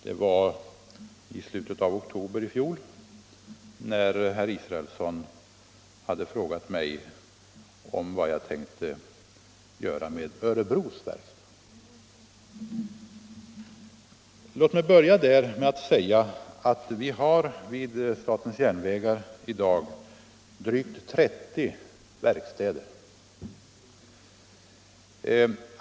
Det skedde i slutet av oktober i fjol, sedan herr Israelsson hade frågat mig vad jag tänkte göra med verkstaden i Örebro. Låt mig börja med att säga att statens järnvägar i dag har drygt 30 verkstäder.